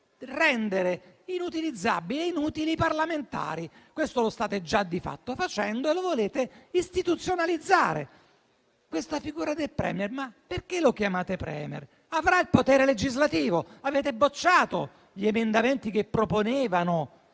rendere inutilizzabili e inutili i parlamentari. Questo lo state già facendo e lo volete istituzionalizzare. Questa figura perché la chiamate *Premier*? Avrà il potere legislativo. Avete respinto gli emendamenti che proponevano